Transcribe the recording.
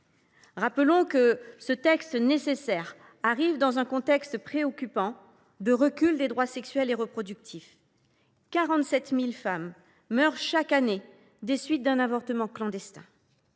Rappelons que ce texte nécessaire arrive dans un contexte préoccupant de recul des droits sexuels et reproductifs : 47 000 femmes meurent chaque année des suites d’un avortement clandestin.